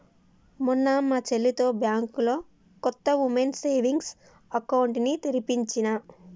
మొన్న మా చెల్లితో బ్యాంకులో కొత్త వుమెన్స్ సేవింగ్స్ అకౌంట్ ని తెరిపించినా